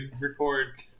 record